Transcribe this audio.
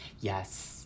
Yes